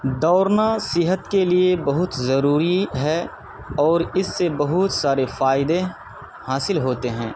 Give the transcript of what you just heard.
دوڑنا صحت کے لیے بہت ضروری ہے اور اس سے بہت سارے فائدے حاصل ہوتے ہیں